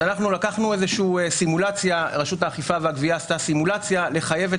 רשות האכיפה והגבייה עשתה סימולציה לחייבת